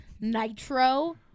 nitro